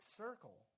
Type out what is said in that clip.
circle